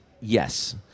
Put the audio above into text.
Yes